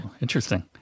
interesting